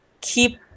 keep